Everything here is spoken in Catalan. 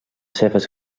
seves